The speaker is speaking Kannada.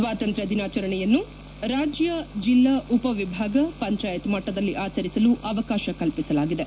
ಸ್ವಾತಂತ್ರ್ಯ ದಿನಾಚರಣೆಯನ್ನು ರಾಜ್ಯ ಜಿಲ್ಲಾ ಉಪ ವಿಭಾಗ ಪಂಚಾಯತ್ ಮಟ್ಟದಲ್ಲಿ ಆಚರಿಸಲು ಅವಕಾಶ ಕಲ್ಪಿಸಲಾಗಿದೆ